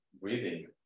breathing